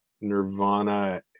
nirvana